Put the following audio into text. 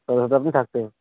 তবে তো আপনি থাকতে